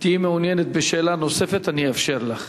תהיי מעוניינת בשאלה נוספת, אני אאפשר לך.